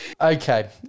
Okay